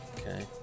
Okay